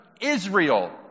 Israel